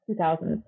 2000s